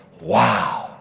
wow